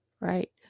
right